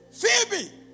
Phoebe